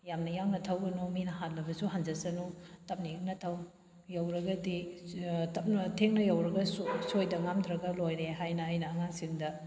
ꯌꯥꯝꯅ ꯌꯥꯡꯅ ꯊꯧꯒꯅꯨ ꯃꯤꯅ ꯍꯥꯜꯂꯕꯁꯨ ꯍꯥꯟꯖꯁꯅꯨ ꯇꯞꯅ ꯏꯪ ꯊꯧ ꯌꯧꯔꯒꯗꯤ ꯇꯞꯅ ꯊꯦꯡꯅ ꯌꯧꯔꯒꯁꯨ ꯁꯣꯏꯗ ꯉꯥꯝꯗ꯭ꯔꯒ ꯂꯣꯏꯔꯦ ꯍꯥꯏꯅ ꯑꯩꯅ ꯑꯉꯥꯡꯁꯤꯡꯗ